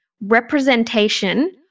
representation